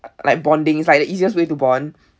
like bonding it's like the easiest way to bond